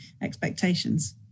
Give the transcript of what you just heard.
expectations